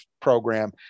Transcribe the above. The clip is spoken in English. program